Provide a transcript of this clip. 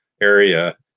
area